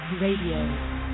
Radio